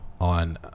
On